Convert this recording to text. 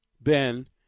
Ben